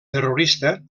terrorista